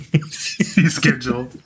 schedule